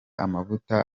amavuta